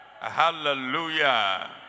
hallelujah